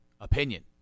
opinion